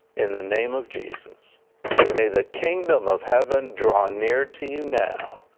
in the name of jesus may the kingdom of heaven john near to you now